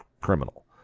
criminal